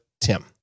TIM